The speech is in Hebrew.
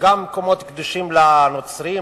גם מקומות הקדושים לנוצרים,